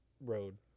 road